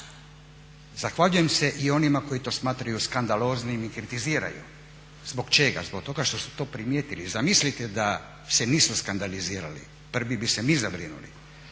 Zahvaljujem se i onima koji to smatraju skandaloznim i kritiziraju. Zbog čega? Zbog toga što su to primijetili. Zamislite da se nisu skandalizirali, prvi bi se mi zabrinuli.